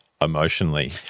emotionally